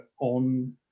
on